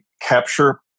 capture